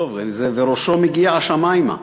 טוב, זה "וראשו מגיע השמימה".